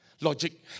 Logic